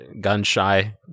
gun-shy